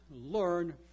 learn